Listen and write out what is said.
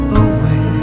away